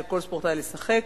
של כל ספורטאי לשחק,